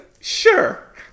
Sure